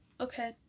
okay